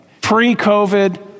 pre-COVID